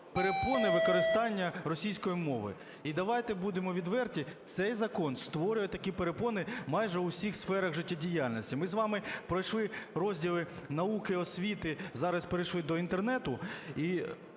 перепони використання російської мови. І давайте будемо відверті: цей закон створює такі перепони майже у всіх сферах життєдіяльності. Ми з вами пройшли розділи науки і освіти, зараз перейшли до Інтернету,